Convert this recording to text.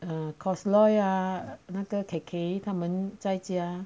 err cause lor ya 那个 kk 他们在家